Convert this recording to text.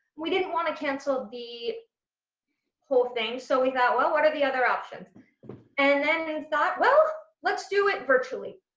we didn't want to cancel the whole thing so we thought well what are the other options and then they thought well let's do it virtually.